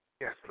Yes